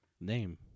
Name